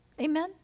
Amen